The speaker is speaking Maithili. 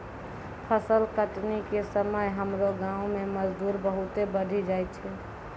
फसल कटनी के समय हमरो गांव मॅ मजदूरी बहुत बढ़ी जाय छै